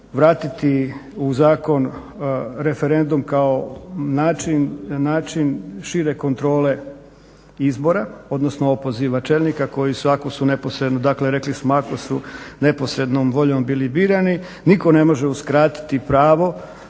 vratiti u zakon referendum kao način šire kontrole izbora, odnosno opoziva čelnika koji su ako su neposredno, dakle rekli smo ako su neposrednom voljom bili birani nitko ne može uskratiti pravo